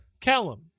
Callum